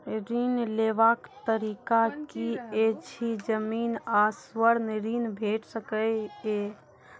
ऋण लेवाक तरीका की ऐछि? जमीन आ स्वर्ण ऋण भेट सकै ये?